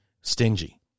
stingy